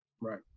right